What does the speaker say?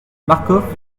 marcof